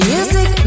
Music